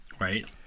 Right